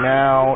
now